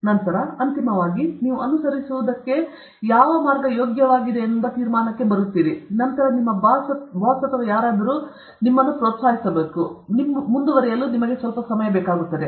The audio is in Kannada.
ತದನಂತರ ಅಂತಿಮವಾಗಿ ನೀವು ಅನುಸರಿಸುವುದಕ್ಕೆ ಯೋಗ್ಯವಾಗಿದೆ ಎಂದು ತೀರ್ಮಾನಕ್ಕೆ ಬಂದಿದ್ದೀರಿ ನಂತರ ನಿಮ್ಮ ಬಾಸ್ ಅಥವಾ ಯಾರು ಇದು ನಿಮ್ಮನ್ನು ಪ್ರೋತ್ಸಾಹಿಸಬೇಕು ಮತ್ತು ಇದನ್ನು ಮುಂದುವರಿಸಲು ನಿಮಗೆ ಸ್ವಲ್ಪ ಸಮಯ ಬೇಕು